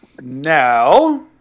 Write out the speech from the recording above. Now